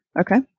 Okay